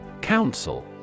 Council